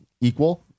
equal